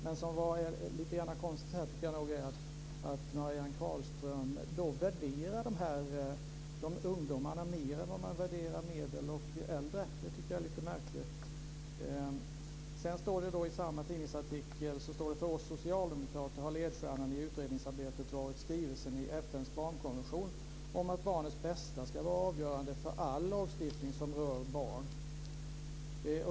Men vad som är lite konstigt är att Marianne Carlström värderar ungdomarnas åsikter mer än vad hon värderar medelålders och äldres. Det tycker jag är lite märkligt. I samma tidningsartikel står det: För oss socialdemokrater har ledstjärnan i utredningsarbetet varit skrivelsen i FN:s barnkonvention om att barnets bästa ska vara avgörande för all lagstiftning som rör barn.